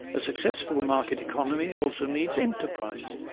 a successful market economy also needs enterprise,